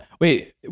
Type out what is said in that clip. Wait